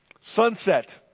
Sunset